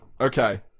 Okay